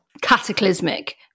cataclysmic